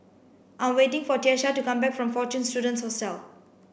I'm waiting for Tiesha to come back from Fortune Students Hostel